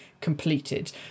completed